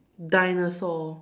dinosaur